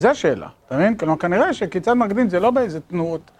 זו השאלה, אתה מבין? כנראה שקיצר המקדים זה לא באיזו תנועות.